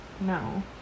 no